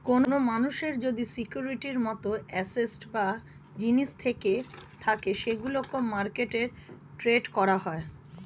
কোন মানুষের যদি সিকিউরিটির মত অ্যাসেট বা জিনিস থেকে থাকে সেগুলোকে মার্কেটে ট্রেড করা হয়